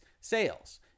sales